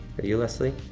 have you, leslie?